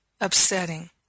upsetting